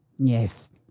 Yes